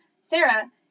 Sarah